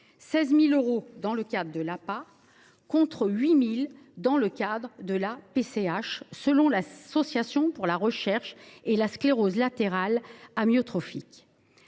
16 000 euros dans le cadre de l’APA, contre 8 000 euros dans le cadre de la PCH, selon l’Association pour la recherche sur la sclérose latérale amyotrophique.